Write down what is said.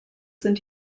sind